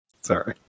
Sorry